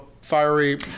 fiery